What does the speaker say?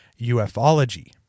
ufology